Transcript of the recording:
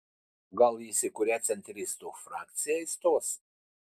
gal jis į kurią centristų frakciją įstos